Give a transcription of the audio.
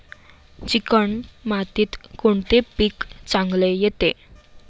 Chicken मातीत कोणते पीक चांगले येते?